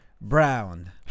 Brown